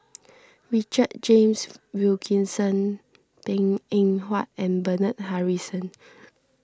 Richard James Wilkinson Png Eng Huat and Bernard Harrison